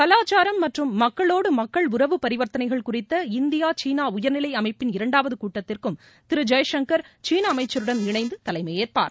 கலாச்சாரம் மற்றும் மக்களோடு மக்கள் உறவு பரிவர்த்தனைகள் குறித்த இந்தியா சீனா உயர்நிலை அமைப்பின் இரண்டாவது கூட்டத்திற்கும் திரு ஜெய்சங்கர் சீன அமைச்சருடன் இணைந்து தலைமையேற்பார்